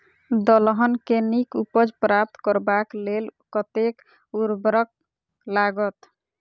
दलहन केँ नीक उपज प्राप्त करबाक लेल कतेक उर्वरक लागत?